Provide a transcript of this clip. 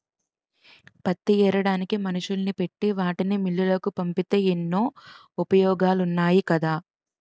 పత్తి ఏరడానికి మనుషుల్ని పెట్టి వాటిని మిల్లులకు పంపితే ఎన్నో ఉపయోగాలున్నాయి కదా